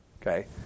Okay